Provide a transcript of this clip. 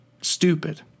stupid